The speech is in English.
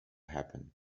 happen